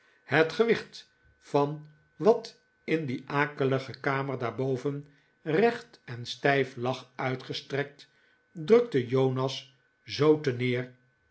het gewicht van wat in die akelige kamer daarboven recht en stijf lag uitgestrekt drukte jonas zoo terneer